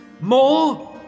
More